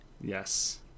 Yes